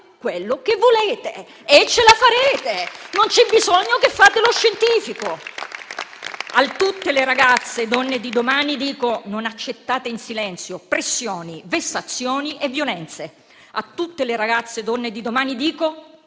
quello che volete e ce la farete. Non c'è bisogno di fare lo scientifico. A tutte le ragazze, donne di domani, dico: non accettate in silenzio pressioni, vessazioni e violenze. A tutte le ragazze, donne di domani, dico: